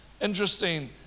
Interesting